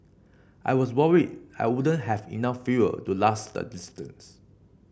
I was worried I wouldn't have enough fuel to last the distance